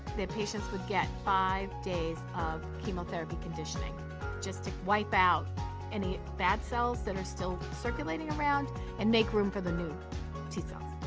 the patients would get five days of chemotherapy conditioning just to wipe out any bad cells that are still circulating around and make room for the new t cells.